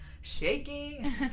shaking